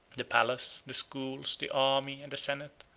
the palace, the schools, the army, and the senate,